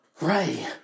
Ray